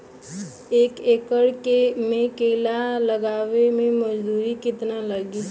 एक एकड़ में केला लगावे में मजदूरी कितना लागी?